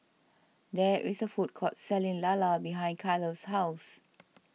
there is a food court selling Lala behind Kyler's house